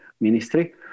Ministry